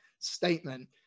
statement